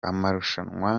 amarushanwa